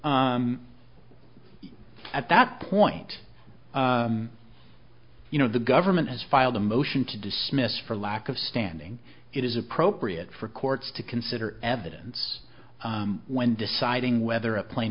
at that point you know the government has filed a motion to dismiss for lack of standing it is appropriate for courts to consider evidence when deciding whether a